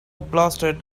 blasted